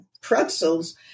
pretzels